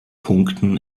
punkten